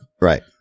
Right